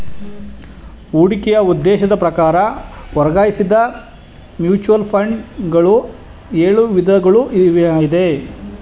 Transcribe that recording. ಹೂಡಿಕೆಯ ಉದ್ದೇಶದ ಪ್ರಕಾರ ವರ್ಗೀಕರಿಸಿದ್ದ ಮ್ಯೂಚುವಲ್ ಫಂಡ್ ಗಳು ಎಳು ವಿಧಗಳು ಇದೆ